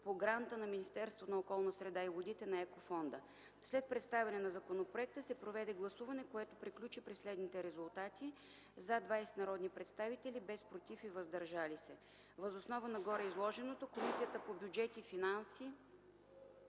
по гранта на Министерството на околната среда и водите на Еко Фонда. След представяне на законопроекта се проведе гласуване, което приключи при следните резултати: „за” – 20 народни представители, без „против” и „въздържали се”. Въз основа на гореизложеното Комисията по бюджет и финанси